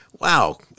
Wow